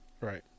Right